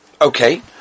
Okay